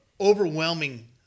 overwhelming